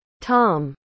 Tom